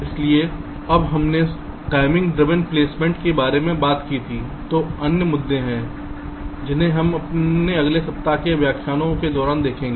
इसलिए अब हमने समय चालित प्लेसमेंट के बारे में बात की थी तो अन्य मुद्दे हैं जिन्हें हम अपने अगले सप्ताह के व्याख्यानों के दौरान देखेंगे